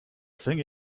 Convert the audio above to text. thing